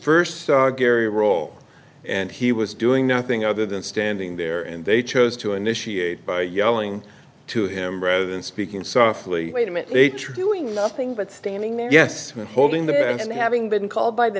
first saw gary roll and he was doing nothing other than standing there and they chose to initiate by yelling to him rather than speaking softly wait a minute nature doing nothing but standing there guess who holding the best having been called by the